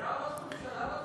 מי היה ראש ממשלה בתקופה הזאת?